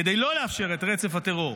כדי לא לאפשר את רצף הטרור,